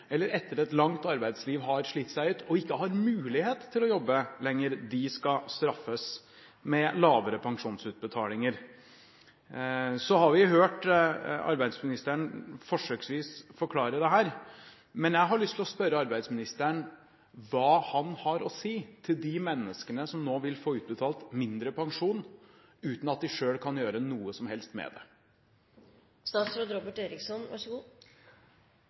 eller etter et langt arbeidsliv har slitt seg ut og ikke har mulighet til å jobbe lenger, skal straffes med lavere pensjonsutbetalinger. Vi har hørt arbeidsministeren forsøksvis forklare dette, men jeg har lyst til å spørre arbeidsministeren: Hva har han å si til de menneskene som nå vil få utbetalt mindre pensjon uten at de selv kan gjøre noe som helst med